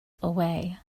away